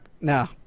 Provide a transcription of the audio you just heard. no